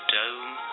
dome